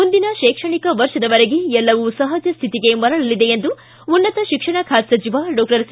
ಮುಂದಿನ ಶೈಕ್ಷಣಿಕ ವರ್ಷದವರೆಗೆ ಎಲ್ಲವೂ ಸಹಜ ಸ್ಥಿತಿಗೆ ಮರಳಲಿದೆ ಎಂದು ಉನ್ನತ ಶಿಕ್ಷಣ ಖಾತೆ ಡಾಕ್ಟರ್ ಸಿ